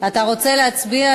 אתה רוצה להצביע,